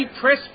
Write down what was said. press